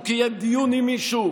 הוא קיים דיון עם מישהו?